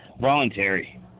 voluntary